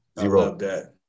zero